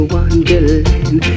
Wonderland